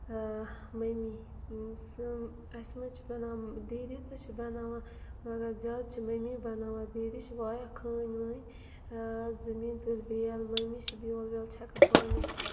مٔمی سُہ اَسہِ منٛز چھِ بَنان دیٖدی تہِ چھِ بَناوان مگر زیادٕ چھِ مٔمی بَناوان دیٖدی چھِ وایان کھٲنۍ وٲنۍ زٔمیٖن تُلۍ بیل ممی چھِ بیول ویول چھَکان پانَے